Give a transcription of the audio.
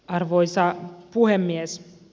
arvoisa puhemies